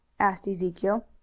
asked ezekiel.